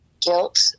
guilt